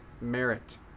merit